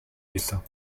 dessins